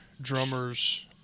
drummers